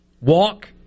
walk